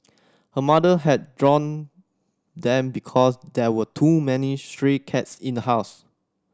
her mother had drowned them because there were too many stray cats in the house